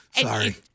Sorry